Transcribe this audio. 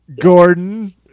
gordon